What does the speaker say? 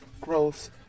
growth